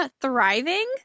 thriving